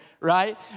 right